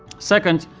second,